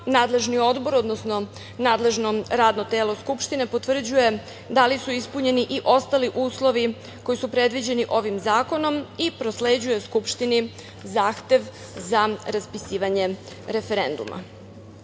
nadležni odbor, odnosno nadležno radno telo Skupštine potvrđuje da li su ispunjeni i ostali uslovi koji su predviđeni ovim zakonom i prosleđuje Skupštini zahtev za raspisivanje referenduma.